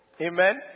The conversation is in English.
amen